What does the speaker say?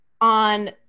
on